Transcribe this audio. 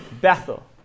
Bethel